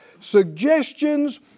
suggestions